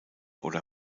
oder